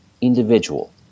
individual